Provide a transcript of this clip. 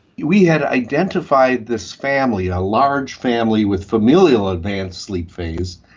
we had identified this family, a large family with familial advanced sleep phase,